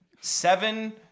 seven